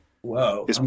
Whoa